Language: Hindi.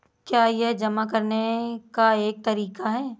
क्या यह जमा करने का एक तरीका है?